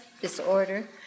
disorder